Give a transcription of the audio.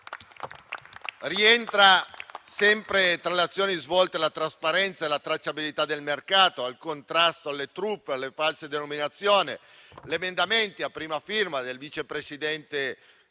Rientra sempre tra le azioni volte alla trasparenza, alla tracciabilità del mercato, al contrasto alle truffe e alle false denominazioni, l'emendamento a prima firma del vice presidente